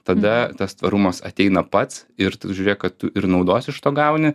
tada tas tvarumas ateina pats ir tu žiūrėk kad tu ir naudos iš to gauni